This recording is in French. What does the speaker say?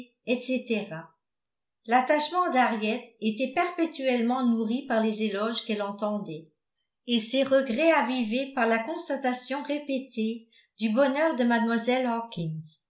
etc l'attachement d'henriette était perpétuellement nourri par les éloges qu'elle entendait et ses regrets avivés par la constatation répétée du bonheur de